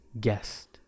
guest